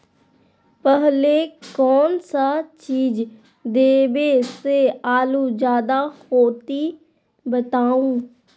पहले कौन सा चीज देबे से आलू ज्यादा होती बताऊं?